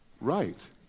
right